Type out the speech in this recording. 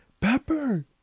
pepper